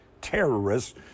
terrorists